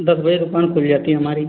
दस बजे दुकान खुल जाती हमारी